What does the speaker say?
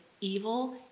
evil